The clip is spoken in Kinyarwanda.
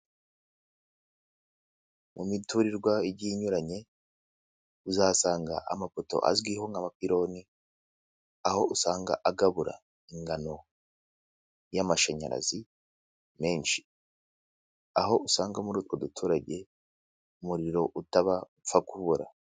Mu miturirwa igiye inyuranye uzasanga amapoto azwiho nk'abapironi aho usanga agabura ingano y'amashanyarazi menshi, aho usanga muri utwo duturage umuriro utaba upfa kubura.